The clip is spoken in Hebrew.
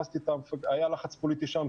היה לחץ פוליטי שם,